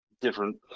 different